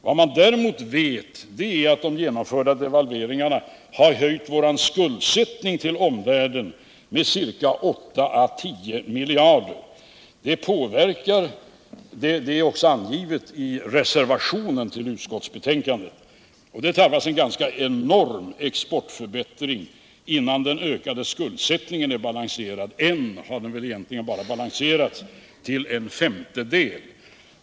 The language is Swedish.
Vad man däremot vet är att de genomförda devalveringarna har höjt vår skuldsättning till omvärlden med 8-10 miljarder kronor, vilket också påpekas i reservationen till utskottets betänkande. Det tarvas en ganska enorm exportförbättring, innan den ökade skuldsättningen är balanserad. Än har den bara balanserats till ca en femtedel.